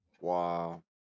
wow